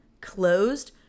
closed